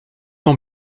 ans